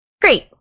Great